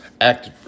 act